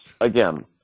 again